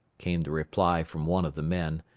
came the reply from one of the men.